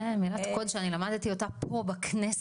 מילת קוד שאני למדתי אותה פה בכנסת,